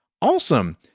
awesome